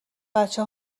بچه